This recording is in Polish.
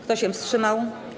Kto się wstrzymał?